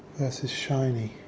versus shiny.